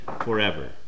forever